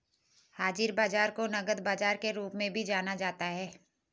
हाज़िर बाजार को नकद बाजार के रूप में भी जाना जाता है